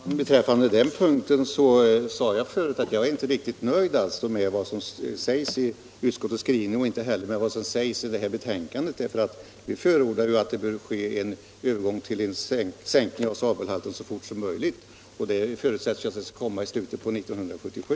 Fru talman! Beträffande den punkten sade jag förut att jag inte är riktigt nöjd med vad som sägs i utskottets skrivning och inte heller med vad som sägs i utredningens betänkande. Vi förordar en övergång till sänkt svavelhalt så fort som möjligt, men förslaget innebär att sänkningen skall ske i slutet av 1977.